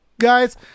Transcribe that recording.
guys